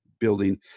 building